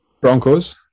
Broncos